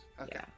Okay